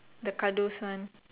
the kados one